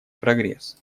прогресс